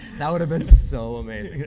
that would've been so amazing.